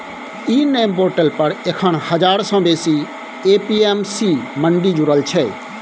इ NAM portal पर एखन हजार सँ बेसी ए.पी.एम.सी मंडी जुरल छै